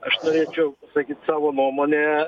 aš norėčiau sakyt savo nuomonę